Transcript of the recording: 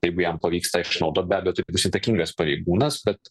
jeigu jam pavykst tą išnaudot be abejo tai bus įtakingas pareigūnas bet